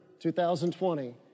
2020